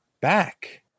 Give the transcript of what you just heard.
back